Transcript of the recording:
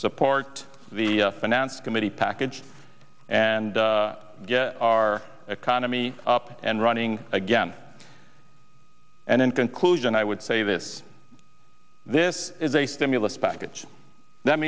support the finance committee package and get our economy up and running again and in conclusion i would say this this is a stimulus package that